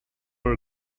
are